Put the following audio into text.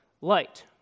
light